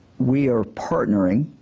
we are partnering